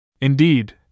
Indeed